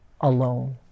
alone